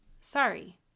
sorry